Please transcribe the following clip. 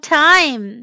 time